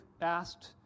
asked